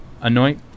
anoint